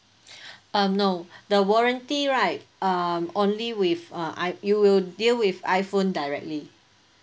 um no the warranty right um only with uh I you will deal with iphone directly